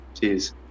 Cheers